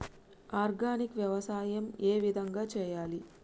Organic వ్యవసాయం ఏ విధంగా చేయాలి?